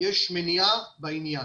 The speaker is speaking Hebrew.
יש מניעה בעניין.